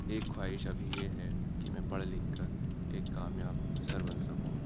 ایک خواہش ابھی یہ ہے کہ میں پڑھ لکھ کر ایک کامیاب افسر بن سکوں